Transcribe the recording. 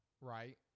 right